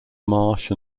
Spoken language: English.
marsh